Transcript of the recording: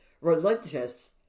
religious